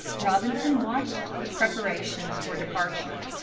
robinson watched the preparations for departure.